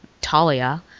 Talia